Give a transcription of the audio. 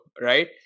right